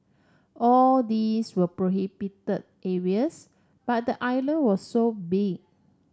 all these were prohibited areas but the island was so big